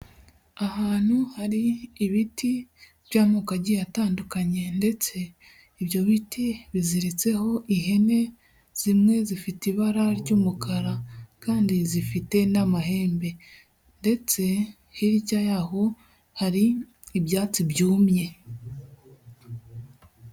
Ahantu hari ibiti by'amoko agiye atandukanye ndetse ibyo biti biziritseho ihene, zimwe zifite ibara ry'umukara kandi zifite n'amahembe ndetse hirya y'aho hari ibyatsi byumye.